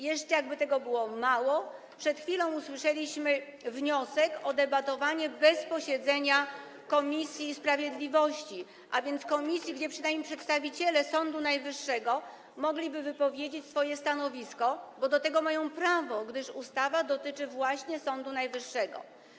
Jeszcze jakby tego było mało, przed chwilą usłyszeliśmy wniosek o debatowanie bez posiedzenia komisji sprawiedliwości, a więc komisji, gdzie przynajmniej przedstawiciele Sądu Najwyższego mogliby wypowiedzieć swoje stanowisko, bo do tego mają prawo, gdyż ustawa dotyczy właśnie Sądu Najwyższego.